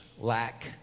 lack